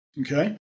okay